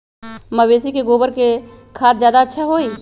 मवेसी के गोबर के खाद ज्यादा अच्छा होई?